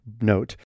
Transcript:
note